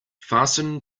fasten